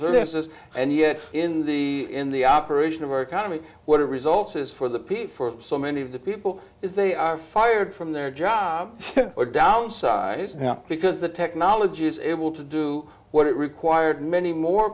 services and yet in the in the operation of our economy what it results is for the people for so many of the people if they are fired from their job or downsized because the technology is able to do what it required many more